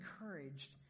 encouraged